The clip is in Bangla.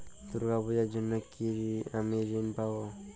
দুর্গা পুজোর জন্য কি আমি ঋণ পাবো?